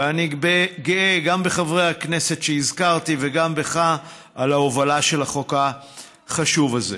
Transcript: ואני גאה גם בחברי הכנסת שהזכרתי וגם בך על ההובלה של החוק החשוב הזה.